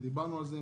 ודיברנו על זה,